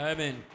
Amen